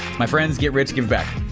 my friends get rich, give back.